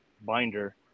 binder